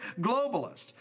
globalist